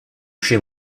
chez